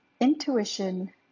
intuition